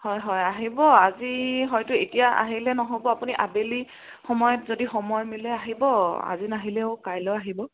হয় হয় আহিব আজি হয়তো এতিয়া আহিলে নহ'ব আপুনি আবেলি সময়ত যদি সময় মিলাই আহিব আজি নাহিলেও কাইলৈ আহিব